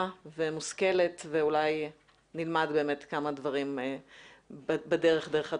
ומושכלת ואולי נלמד כמה דברים בדרך דרך התהליך.